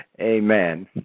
Amen